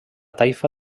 taifa